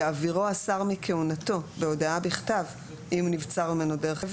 "יעבירו השר מכהונתו בהודעה בכתב אם נבצר ממנו דרך קבע".